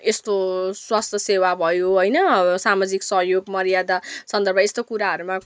यस्तो स्वास्थ्य सेवा भयो होइन सामाजिक सहयोग मर्यादा सन्दर्भ यस्तो कुराहरूमा